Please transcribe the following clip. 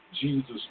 Jesus